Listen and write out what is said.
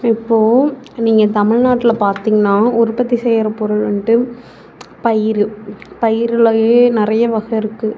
இப்போது நீங்கள் தமிழ்நாட்ல பார்த்திங்கன்னா உற்பத்தி செய்கிற பொருள் வந்துட்டு பயிறு பயிறுலேயே நிறைய வகை இருக்குது